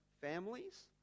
families